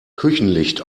küchenlicht